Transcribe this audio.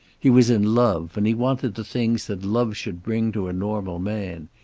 he was in love, and he wanted the things that love should bring to a normal man.